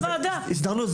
אז הוא חוזר ,